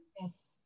Yes